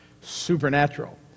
Supernatural